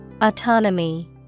Autonomy